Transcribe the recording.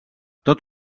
tot